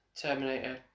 Terminator